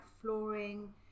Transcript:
flooring